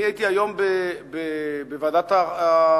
אני הייתי היום בבוקר בוועדת הביקורת,